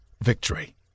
victory